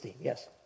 yes